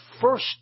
first